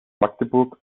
magdeburg